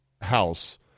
house